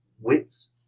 wits